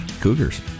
cougars